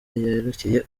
yerekeye